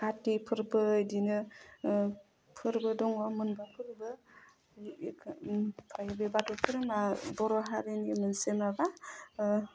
काति फोरबो इदिनो ओह फोरबो दङ मोनबा फोरबो बे बाथौ धोरोमा बर' हारिनि मोनसे माबा ओह